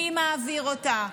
מי מעביר אותה,